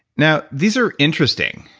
now, these are interesting,